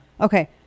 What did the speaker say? Okay